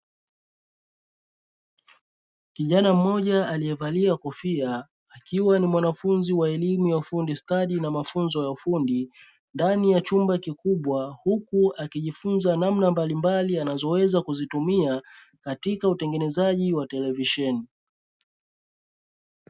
Kijana mmoja aliyevalia kofia akiwa ni mwanafunzi wa elimu ya ufundi stadi na mafunzo ya ufundi, ndani ya chumba kikubwa huku akijifunza namna mbalimbali anazoweza kuzitumia katika utengenezaji wa televisheni.